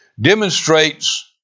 demonstrates